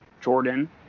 Jordan